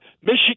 Michigan